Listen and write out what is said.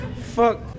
Fuck